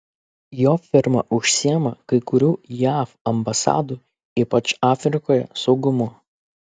jo firma užsiima kai kurių jav ambasadų ypač afrikoje saugumu